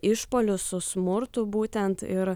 išpuolius su smurtu būtent ir